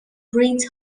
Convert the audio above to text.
breeds